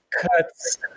cuts